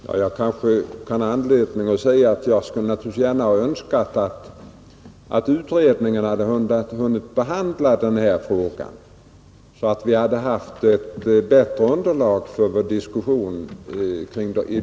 Fru talman! Jag kanske har anledning säga att jag naturligtvis gärna skulle ha önskat att utredningen hunnit behandla denna fråga, så att vi hade haft ett bättre underlag för vår diskussion.